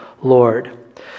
Lord